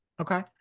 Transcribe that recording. Okay